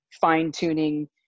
fine-tuning